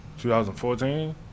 2014